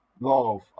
love